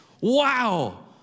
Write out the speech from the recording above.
Wow